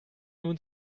nun